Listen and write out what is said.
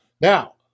Now